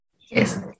Yes